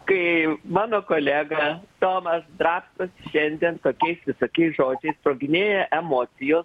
kai mano kolega tomas drabstosi šiandien tokiais visokiais žodžiais sproginėja emocijos